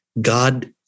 God